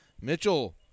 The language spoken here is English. Mitchell